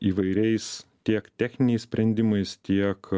įvairiais tiek techniniais sprendimais tiek